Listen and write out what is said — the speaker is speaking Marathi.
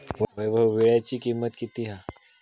वैभव वीळ्याची किंमत किती हा?